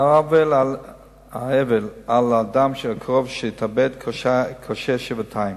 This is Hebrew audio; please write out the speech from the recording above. האבל על אדם קרוב שהתאבד קשה שבעתיים.